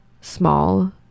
small